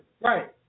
Right